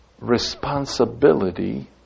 responsibility